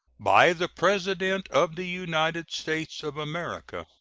by the president of the united states of america.